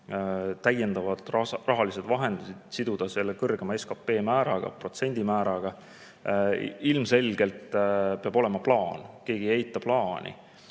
täiendavad rahalised vahendid, siduda need kõrgema SKP protsendimääraga. Ilmselgelt peab olema plaan, keegi ei eita plaani.